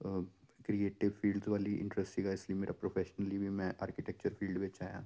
creative fields ਵੱਲ ਹੀ interest ਸੀਗਾ ਇਸ ਲਈ ਮੇਰਾ ਪ੍ਰੋਫੈਸ਼ਨਲੀ ਵੀ ਮੈਂ ਆਰਕੀਟੈਕਚਰ ਫੀਲਡ ਵਿੱਚ ਆਇਆਂ